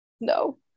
No